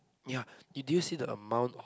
ya did you see the amount